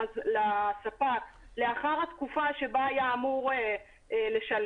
לספק לאחר התקופה שבה היה אמור לשלם,